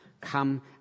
come